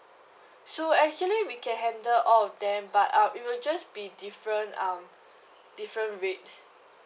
so actually we can handle all of them but uh it will just be different um different rate